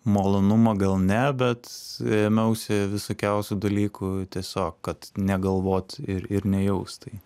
malonumo gal ne bet ėmiausi visokiausių dalykų tiesiog kad negalvot ir ir nejaust tai